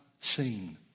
seen